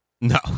no